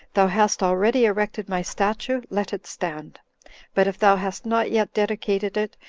thou hast already erected my statue, let it stand but if thou hast not yet dedicated it,